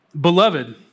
Beloved